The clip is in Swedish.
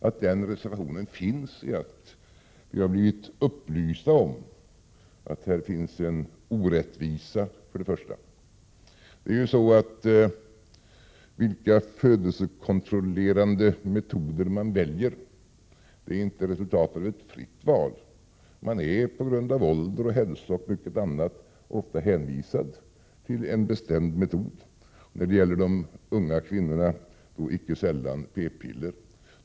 Att den reservationen finns beror först och främst på att vi blivit upplysta om att här föreligger en orättvisa. Det är ju så att de födelsekontrollerande metoderna i det enskilda fallet är inte resultatet av ett fritt val. Man är på grund av ålder och hälsa och mycket annat ofta hänvisad till en bestämd metod — när det gäller de unga kvinnorna då icke sällan p-piller.